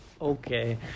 Okay